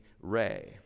ray